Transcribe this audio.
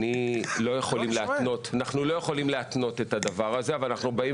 אנחנו לא יכולים להתנות את הדבר הזה אבל אנחנו באים